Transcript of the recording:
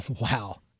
Wow